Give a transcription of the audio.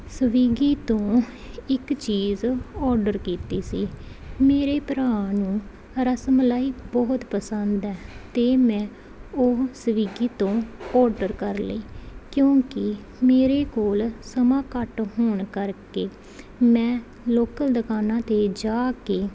Swiggy ਤੋਂ ਇੱਕ ਚੀਜ਼ ਔਡਰ ਕੀਤੀ ਸੀ ਮੇਰੇ ਭਰਾ ਨੂੰ ਰਸ ਮਲਾਈ ਬਹੁਤ ਪਸੰਦ ਹੈ ਅਤੇ ਮੈਂ ਉਹ ਸਵੀਗੀ ਤੋਂ ਔਡਰ ਕਰ ਲਈ ਕਿਉਂਕਿ ਮੇਰੇ ਕੋਲ ਸਮਾਂ ਘੱਟ ਹੋਣ ਕਰਕੇ ਮੈਂ ਲੋਕਲ ਦੁਕਾਨਾਂ 'ਤੇ ਜਾ ਕੇ